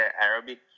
Arabic